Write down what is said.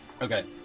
Okay